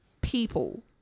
people